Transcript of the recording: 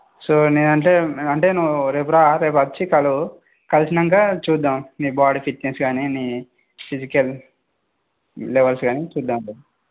so నేనంటే అంటే నువ్వు రేపు రా రేపు వచ్చి కలువు కలిసినంక చూద్దాం నీ బాడీ ఫిట్నెస్ గానీ నీ ఫిజికల్ లెవెల్స్ గానీ చూద్దాం అప్పుడు